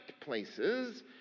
places